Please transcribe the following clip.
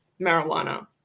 marijuana